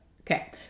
Okay